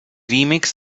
remix